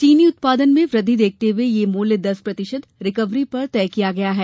चीनी उत्पादन में वृद्धि देखते हुए यह मूल्य दस प्रतिशत रिकवरी पर तय किया गया है